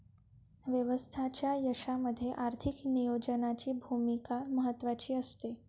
व्यवसायाच्या यशामध्ये आर्थिक नियोजनाची भूमिका महत्त्वाची असते